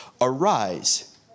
Arise